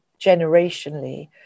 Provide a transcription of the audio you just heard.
generationally